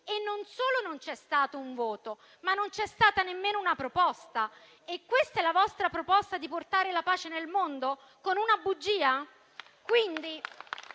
E non solo non c'è stato un voto, ma non c'è stata nemmeno una proposta. Questo è il vostro modo di portare la pace nel mondo? Con una bugia?